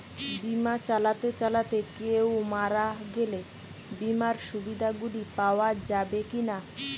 বিমা চালাতে চালাতে কেও মারা গেলে বিমার সুবিধা গুলি পাওয়া যাবে কি না?